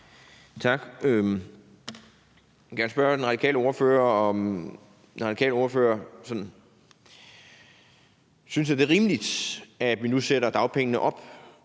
Tak. Jeg vil gerne spørge den radikale ordfører, om den radikale ordfører sådan synes, det er rimeligt, at vi nu sætter dagpengene op